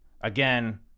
Again